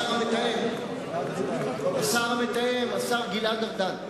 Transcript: השר המתאם, השר גלעד ארדן,